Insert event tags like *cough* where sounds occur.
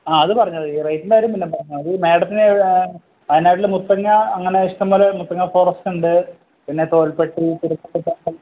ആ അത് പറഞ്ഞാല് മതി റേയ്റ്റിൻറ്റെ കാര്യം പിന്നെപ്പറഞ്ഞാല് മതി മേഡത്തിന് വയനാട്ടില് മുത്തങ്ങ അങ്ങനെ ഇഷ്ടംപോലെ മുത്തങ്ങ ഫോറസ്റ്റുണ്ട് പിന്നെ തോൽപ്പെട്ടി *unintelligible*